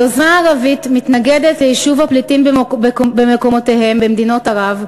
היוזמה הערבית מתנגדת ליישוב הפליטים במקומותיהם במדינות ערב,